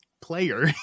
player